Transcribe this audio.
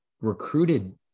recruited